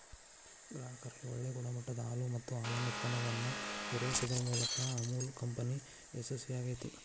ಗ್ರಾಹಕರಿಗೆ ಒಳ್ಳೆ ಗುಣಮಟ್ಟದ ಹಾಲು ಮತ್ತ ಹಾಲಿನ ಉತ್ಪನ್ನಗಳನ್ನ ಪೂರೈಸುದರ ಮೂಲಕ ಅಮುಲ್ ಕಂಪನಿ ಯಶಸ್ವೇ ಆಗೇತಿ